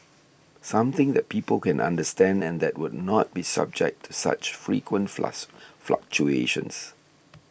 something that people can understand and that would not be subject to such frequent fluctuations